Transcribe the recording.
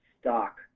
stock